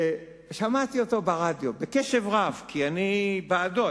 שמעתי אותו ברדיו בקשב רב, כי אני בעדו.